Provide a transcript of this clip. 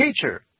teacher